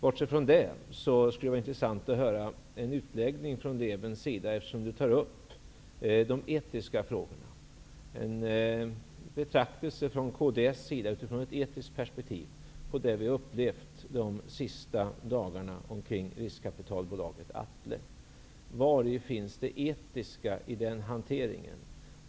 Bortsett från detta vore det intressant att höra en utläggning från Roland Lében, eftersom han tar upp de etiska frågorna, och en betraktelse från kds utifrån ett etiskt perspektiv på vad vi har upplevt under den senaste tiden omkring riskkapitalbolaget Atle. Vari finns det etiska i den hanteringen?